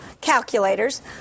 calculators